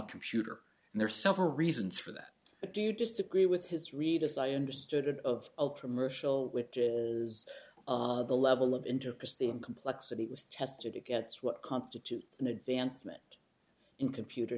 a computer and there are several reasons for that but do you disagree with his read as i understood it of ultra mercial which is the level of intimacy and complexity was tested it gets what constitutes an advancement in computer